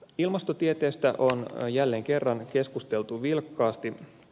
ilmastotieteestä on jälleen kerran keskusteltu vilkkaasti